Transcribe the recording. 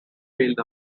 failed